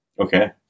Okay